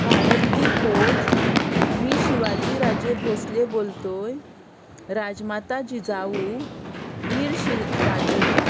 भारत की खोज मी शिवाजी राजे भोंसले बोलतोय राजमाता जिजावू वीर शिवाजी